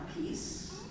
peace